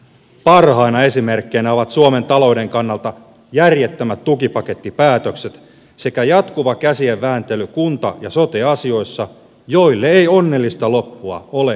parhaina esimerkkeinä ovat suomen talouden kannalta järjettömät tukipakettipäätökset sekä jatkuva käsien vääntely kunta ja sote asioissa joille ei onnellista loppua ole näkyvissä